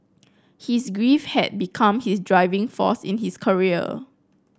his grief had become his driving force in his career